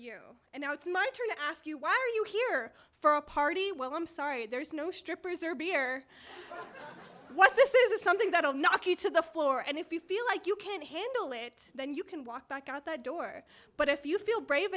you and now it's my turn to ask you why are you here for a party well i'm sorry there's no strippers or be air what this is something that will knock you to the floor and if you feel like you can't handle it then you can walk back out the door but if you feel brave